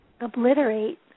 obliterate